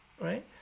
Right